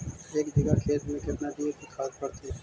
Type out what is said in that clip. एक बिघा खेत में केतना डी.ए.पी खाद पड़तै?